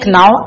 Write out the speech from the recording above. now